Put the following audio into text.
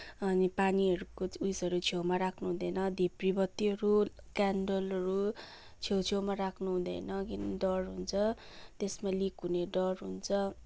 अनि पानीहरूको उइसहरूको छेउमा राख्नु हुँदैन धिप्री बत्तिहरू क्यान्डलहहरू छेउछेउमा राख्नु हुँदैन किनभने डर हुन्छ त्यसमा लिक हुने डर हुन्छ